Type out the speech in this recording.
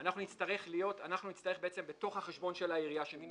אנחנו נצטרך בתוך החשבון של העירייה שמן